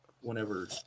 whenever